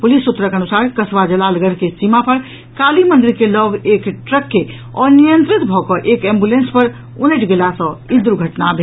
police सूत्रक अनुसार कसबा जलालगढ़ के सीमा पर काली मंदिर के लऽग एक ट्रक के अनियंत्रित भऽ कऽ एक एम्बुलेंस पर उनटि गेला सँ ई दुर्घटना भेल